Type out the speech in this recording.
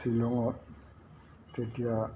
শ্বিলঙত তেতিয়া